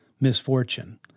misfortune